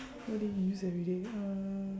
what do you use every day uh